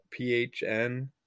PHN